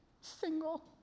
single